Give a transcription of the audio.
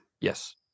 Yes